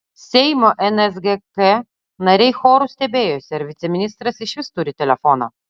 seimo nsgk nariai choru stebėjosi ar viceministras išvis turi telefoną